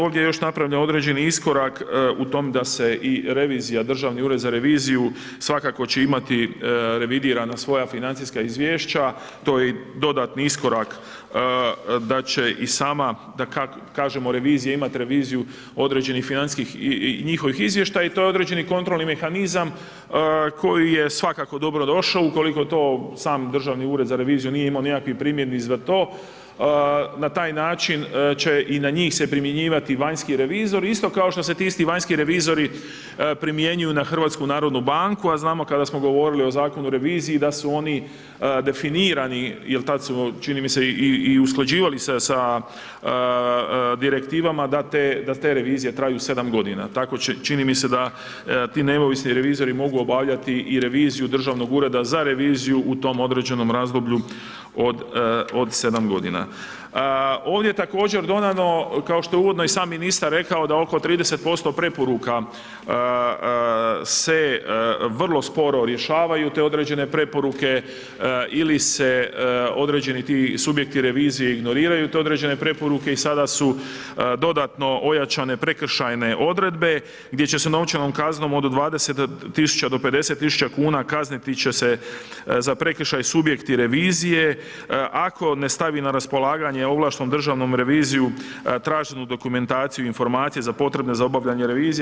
Ovdje je još napravljen određeni iskorak u tom da se i revizija, Državni ured za reviziju, svakako će imati revidirano svoja financijska izvješća, to je dodatni iskorak da će i sama, da kažemo, revizija imati reviziju određenih financijskih i njihovih izvještaja i to je određeni kontrolni mehanizam koji je svakako dobrodošao, ukoliko to sam Državni ured za reviziju nije imao nikakvih primjedbi za to, na taj način će i na njih se primjenjivati i vanjski revizor, isto kao što se ti isti vanjski revizori primjenjuju na HNB, a znamo kada smo govorilo o Zakonu u reviziji, da su oni definirani, jer tada su čini mi se i usklađivali se sa direktivama, da te revizije traju 7 g. Tako čini mi se da ti neovisni revizori mogu obavljati i reviziju Državnog ureda za reviziju u tom određenom razdoblju od 7 g. Ovdje također dodano, kao što je uvodno i sam ministar rekao, da oko 30% preporuka, se vrlo sporo rješavaju te određene preporuke, ili se određeni ti subjekti revizije ignoriraju određene preporuke i sada su dodatno ojačane prekršaje odredbe, gdje će se novčanom kaznom od 20 tisuća do 50 tisuća kuna, kazniti će se za prekršaj subjekti revizije, ako ne stavi na raspolaganje ovlaštenom Državnom reviziju traženu dokumentaciju i informacije za potrebe za obavljanje revizije.